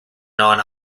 non